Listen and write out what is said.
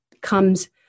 comes